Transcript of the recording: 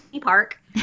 park